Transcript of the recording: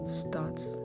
starts